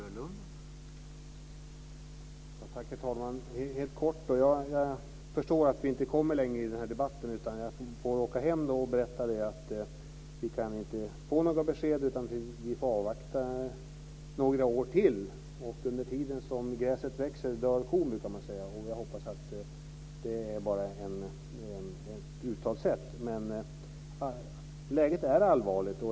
Herr talman! Då vill jag säga något helt kort. Jag förstår att vi inte kommer längre i den här debatten. Jag får åka hem och berätta att vi inte kan få något besked utan får avvakta några år till. Medan gräset växer dör kon, brukar man säga. Jag hoppas att det bara är ett uttryckssätt, men läget är allvarligt.